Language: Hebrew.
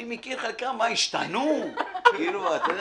באים, מסדרים לי.